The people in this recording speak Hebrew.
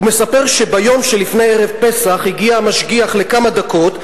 הוא מספר שביום שלפני ערב פסח הגיע המשגיח לכמה דקות,